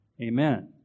Amen